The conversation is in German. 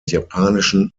japanischen